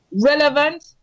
relevant